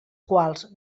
quals